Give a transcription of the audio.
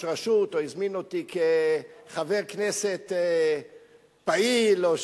רשות או הזמין אותי כחבר כנסת פעיל או,